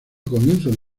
comienzos